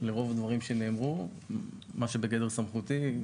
לרוב הדברים שנאמרו, מה שבגדר סמכותי.